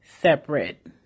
separate